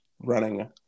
running